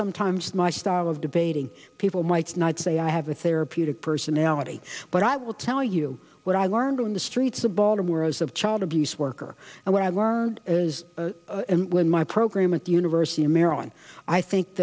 sometimes my style of debating people might not say i have a therapeutic personality but i will tell you what i learned on the streets of baltimore as of child abuse worker and what i learned when my program at the university of maryland i think